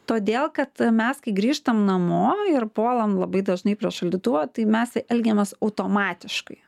todėl kad mes kai grįžtam namo ir puolam labai dažnai prie šaldytuvo tai mes elgiamės automatiškai